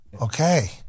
Okay